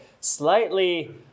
slightly